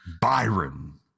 Byron